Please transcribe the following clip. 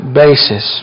basis